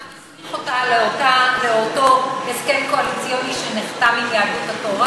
האם העם הסמיך אותה לאותו הסכם קואליציוני שנחתם עם יהדות התורה?